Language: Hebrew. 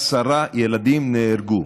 עשרה ילדים נהרגו.